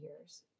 years